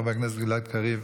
חבר הכנסת גלעד קריב,